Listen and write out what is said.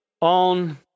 on